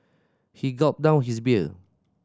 he gulped down his beer